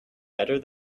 better